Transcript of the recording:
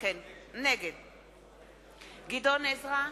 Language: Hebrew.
נגד גדעון עזרא,